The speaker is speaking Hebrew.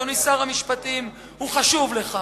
אדוני שר המשפטים, הרי שינוי שיטת הממשל חשוב לך.